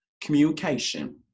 communication